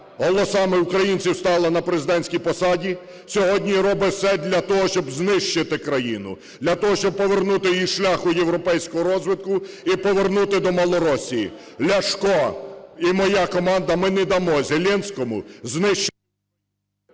голосами українців стала на президентській посаді, сьогодні робить все для того, щоб знищити країну, для того, щоб повернути її зі шляху європейського розвитку і повернути до "Малоросії". Ляшко і моя команда – ми не дамо Зеленському знищити…